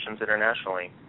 internationally